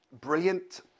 brilliant